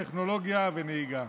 טכנולוגיה ונהיגה.